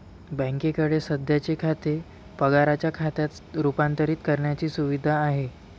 बँकेकडे सध्याचे खाते पगाराच्या खात्यात रूपांतरित करण्याची सुविधा आहे